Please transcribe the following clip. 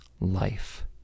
life